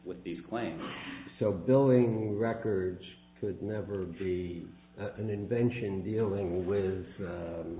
with these claims so billing records could never be an invention dealing with